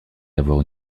d’avoir